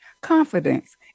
confidence